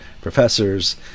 professors